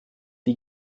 die